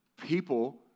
People